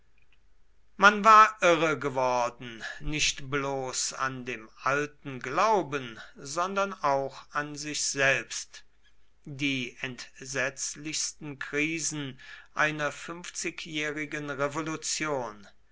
man war irre geworden nicht bloß an dem alten glauben sondern auch an sich selbst die entsetzlichsten krisen einer fünfzigjährigen revolution